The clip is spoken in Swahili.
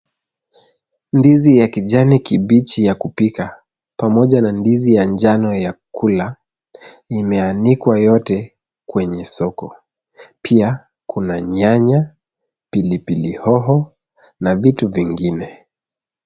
Ndizi ya kijani kibichi ya kupika pamoja na ndizi ya njano ya kula imeanikwa yote kwenye soko. Pia, kuna nyanya, pilipili hoho na vitu vingine.